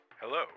Hello